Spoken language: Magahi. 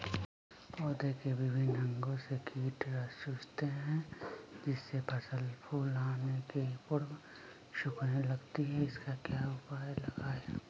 पौधे के विभिन्न अंगों से कीट रस चूसते हैं जिससे फसल फूल आने के पूर्व सूखने लगती है इसका क्या उपाय लगाएं?